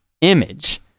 image